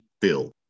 Bill